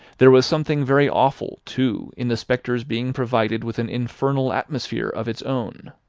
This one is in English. there was something very awful, too, in the spectre's being provided with an infernal atmosphere of its own.